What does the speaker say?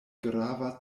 grava